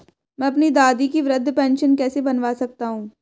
मैं अपनी दादी की वृद्ध पेंशन कैसे बनवा सकता हूँ?